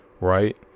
right